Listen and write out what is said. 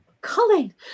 Colin